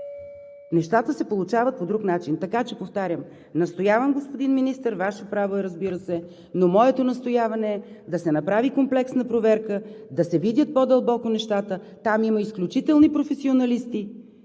нещата се получават по друг начин. Така че, повтарям, настоявам господин Министър, Ваше право е, разбира се, но моето настояване е да се направи комплексна проверка, да се видят по-дълбоко нещата, там има изключителни професионалисти.